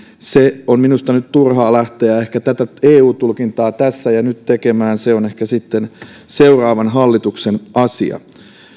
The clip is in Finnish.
on minusta nyt turhaa lähteä ehkä tätä eu tulkintaa tässä ja nyt tekemään se on ehkä sitten seuraavan hallituksen asia